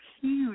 huge